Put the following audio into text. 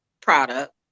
product